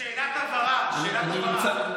שאלת הבהרה, שאלת הבהרה.